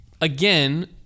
again